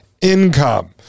income